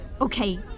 Okay